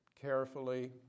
Carefully